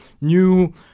new